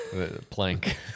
plank